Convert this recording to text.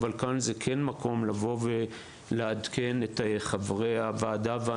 אבל כאן זהו מקום לבוא ולעדכן את חברי הוועדה ואת